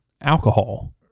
alcohol